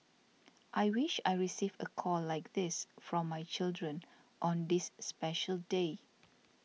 I wish I receive a call like this from my children on this special day